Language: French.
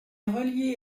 reliée